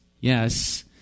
yes